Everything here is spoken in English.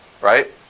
Right